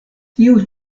tiu